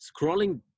scrolling